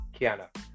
Kiana